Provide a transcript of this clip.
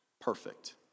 perfect